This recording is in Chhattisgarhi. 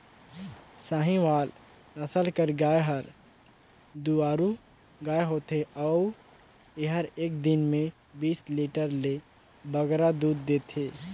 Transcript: साहीवाल नसल कर गाय हर दुधारू गाय होथे अउ एहर एक दिन में बीस लीटर ले बगरा दूद देथे